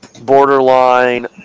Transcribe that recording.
borderline